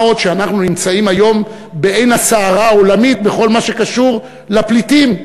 מה עוד שאנחנו נמצאים היום בעין הסערה העולמית בכל מה שקשור לפליטים.